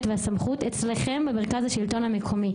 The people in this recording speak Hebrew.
והסמכות היא אצלכם במרכז השלטון המקומי.